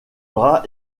rat